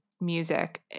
music